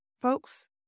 folks